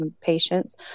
patients